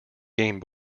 game